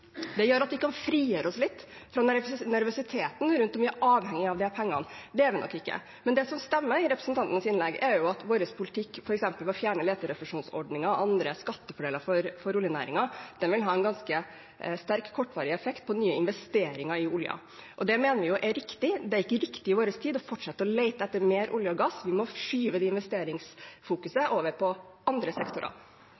Det gjør at vi kan frigjøre oss litt fra nervøsiteten for at vi er avhengige av de pengene. Det er vi nok ikke. Men det som stemmer i representantens innlegg, er at vår politikk, f.eks. ved å fjerne leterefusjonsordningen og andre skattefordeler for oljenæringen, vil ha en ganske sterk kortvarig effekt for nye investeringer i olje. Og det mener jeg er riktig. Det er ikke riktig i vår tid å fortsette å lete etter mer olje og gass. Vi må skyve det investeringsfokuset